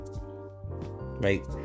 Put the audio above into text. right